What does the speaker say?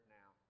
now